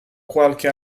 qualche